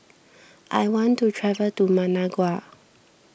I want to travel to Managua